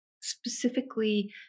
specifically